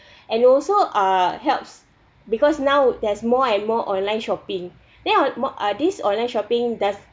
and also uh helps because now there's more and more online shopping then I want more this online shopping does